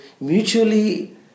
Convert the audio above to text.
mutually